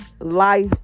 life